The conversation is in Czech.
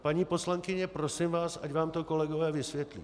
Paní poslankyně, prosím vás, ať vám to kolegové vysvětlí.